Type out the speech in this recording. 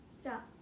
stop